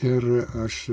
ir aš